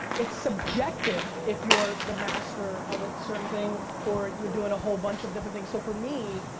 it's subjective if you're the master of a certain thing or you're doin a whole bunch of different things. so, for me,